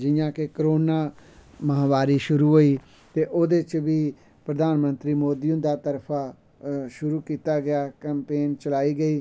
जियां के करोना महामारी शुरू होई ते ओह्दे च बी प्रधानमंत्री मोदी हुंदी तरफा शुरू कीता गेआ कमपेंन चलाई गेई